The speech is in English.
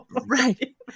right